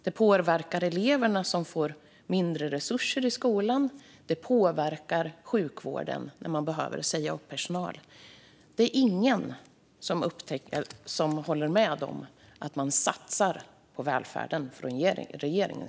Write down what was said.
Det påverkar eleverna, som får mindre resurser i skolan, och det påverkar sjukvården när man behöver säga upp personal. Det är ingen som håller med om att regeringen satsar på välfärden.